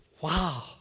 wow